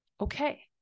okay